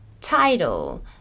title